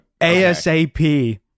ASAP